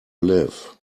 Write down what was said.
live